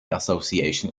association